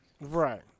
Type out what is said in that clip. Right